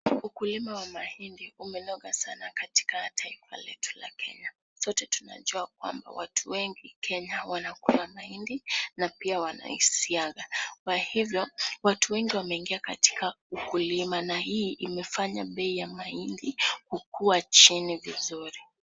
Ukulima wa mahindi umenoga sana katika taifa letu la Kenya. Sote tunajua kwamba watu wengi Kenya wanakuza mahindi na pia wanaisiaga. Wana hizo, watu wengi wameingia katika ukulima na hii imefanya bei ya mahindi kuwa chini vizuri.